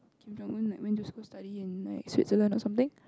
Kim Jong Un like went to school study in like Switzerland or something